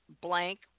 blank